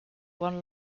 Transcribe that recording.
one